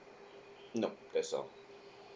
nope that's all